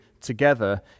together